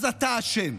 אז אתה אשם.